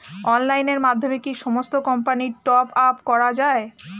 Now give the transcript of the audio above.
অনলাইনের মাধ্যমে কি সমস্ত কোম্পানির টপ আপ করা যায়?